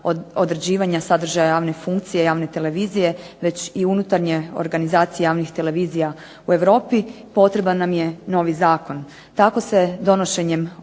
određivanja sadržaja javne funkcije javne televizije već i unutarnje organizacije javnih televizija u Europi, potreban nam je novi zakon. Tako se donošenjem ovog